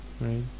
Right